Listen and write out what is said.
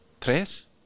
tres